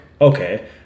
okay